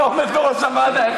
אתה עומד בראש הוועדה.